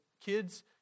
kids